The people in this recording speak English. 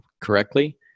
correctly